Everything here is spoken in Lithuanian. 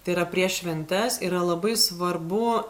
tai yra prieš šventes yra labai svarbu